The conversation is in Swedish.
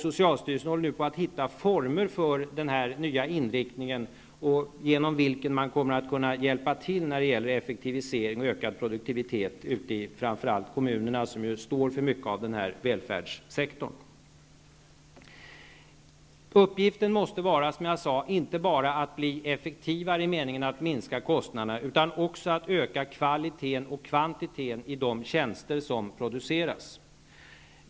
Socialstyrelsen håller nu på att hitta former för denna nya inriktning, genom vilken man kommer att kunna hjälpa till med effektivisering och ökad produktivitet framför allt i kommunerna, som ju ansvarar för en stor del av välfärdssektorn. Uppgiften måste, som jag sade, vara inte bara att bli effektivare i meningen att minska kostnaderna, utan också att öka kvaliteten och kvantiteten i de tjänster som produceras.